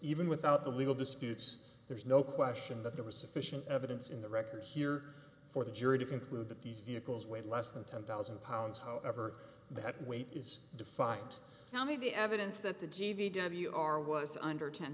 even without the legal disputes there's no question that there was sufficient evidence in the record here for the jury to conclude that these vehicles weighed less than ten thousand pounds however that weight is defined now may be evidence that the g b w r was under ten